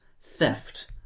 theft